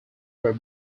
were